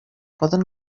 poden